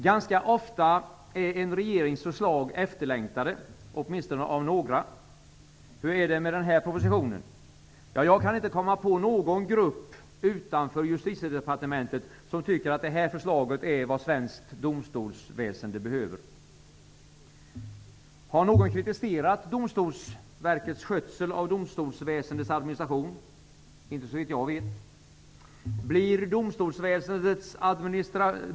Ganska ofta är en regerings förslag efterlängtade -- åtminstone av några. Hur är det med den här propositionen? Ja, jag kan inte komma på någon grupp utanför Justitiedepartementet som tycker att det här förslaget är vad svenskt domstolsväsende behöver. Har någon kritiserat Domstolsverkets skötsel av domstolsväsendets administration? Inte såvitt jag vet.